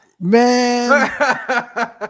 man